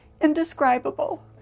indescribable